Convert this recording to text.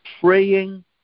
Praying